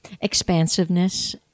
expansiveness